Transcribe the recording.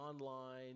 online